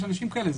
יש אנשים כאלה,